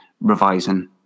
revising